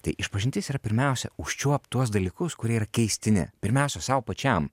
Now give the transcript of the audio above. tai išpažintis yra pirmiausia užčiuopt tuos dalykus kurie yra keistini pirmiausia sau pačiam